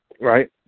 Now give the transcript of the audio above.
Right